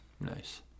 Nice